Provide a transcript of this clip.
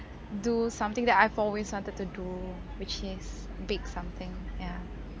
do something that I've always wanted to do which is bake something ya